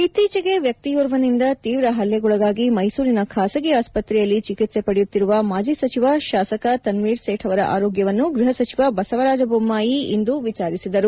ಇತ್ತೀಚಿಗೆ ವ್ಯಕ್ತಿಯೋರ್ವನಿಂದ ತೀವ್ರ ಹಲ್ಲೆಗೊಳಗಾಗಿ ಮೈಸೂರಿನ ಖಾಸಗಿ ಆಸ್ಪತ್ರೆಯಲ್ಲಿ ಚಿಕಿತ್ಸೆ ಪಡೆಯುತ್ತಿರುವ ಮಾಜಿ ಸಚಿವ ಶಾಸಕ ತನ್ವೀರ್ ಸೇಠ್ ಅವರ ಆರೋಗ್ಯವನ್ನು ಗೃಹ ಸಚಿವ ಬಸವರಾಜ್ ಬೊಮ್ಮಾಯಿ ಇಂದು ವಿಚಾರಿಸಿದರು